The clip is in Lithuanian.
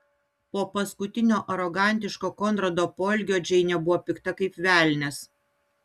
po paskutinio arogantiško konrado poelgio džeinė buvo pikta kaip velnias